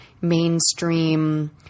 mainstream